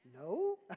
No